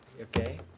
okay